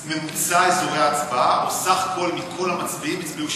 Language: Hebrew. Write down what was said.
זה ממוצע אזורי ההצבעה או סך הכול מכל המצביעים שהצביעו,